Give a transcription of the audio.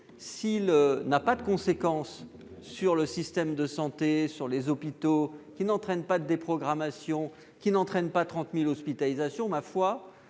s'il n'a pas de conséquence sur le système de santé, sur les hôpitaux, s'il ne conduit pas à des déprogrammations, s'il n'entraîne pas 30 000 hospitalisations, il